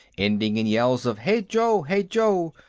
ending in yells of hey, joe! hey, joe!